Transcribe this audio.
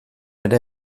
ere